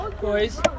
Boys